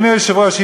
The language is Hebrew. אדוני היושב-ראש,